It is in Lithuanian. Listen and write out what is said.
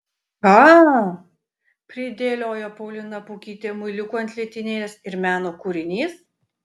ką pridėliojo paulina pukytė muiliukų ant lentynėlės ir meno kūrinys